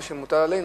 מה שמוטל עלינו,